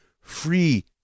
free